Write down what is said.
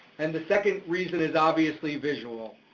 and the second reason is obviously visual.